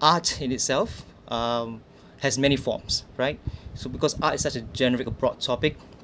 art in itself um has many forms right so because arts is such a generic a broad topic